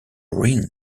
ruin